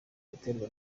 guterwa